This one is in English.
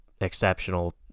exceptional